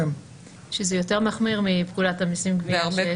שזה יותר מחמיר מפקודת המסים (גבייה)